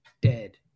dead